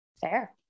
fair